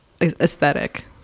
aesthetic